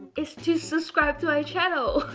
it's to subscribe to my channel!